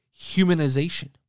humanization